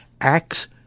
Acts